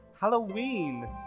Halloween